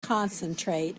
concentrate